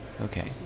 Okay